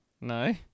No